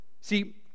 See